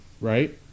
right